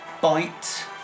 bite